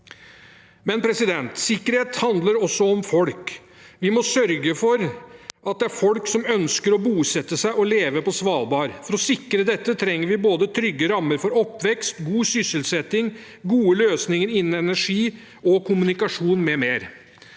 Men sikkerhet handler også om folk. Vi må sørge for at folk ønsker å bosette seg og leve på Svalbard. For å sikre dette trenger vi både trygge rammer for oppvekst, god sysselsetting og gode løsninger innen energi og kommunikasjon m.m.